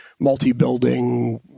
multi-building